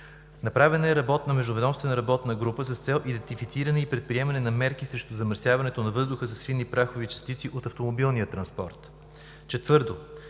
Направена е междуведомствена работна група с цел идентифициране и предприемане на мерки срещу замърсяването на въздуха с фини прахови частици от автомобилния транспорт. 4.